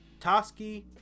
toski